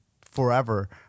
forever